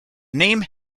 name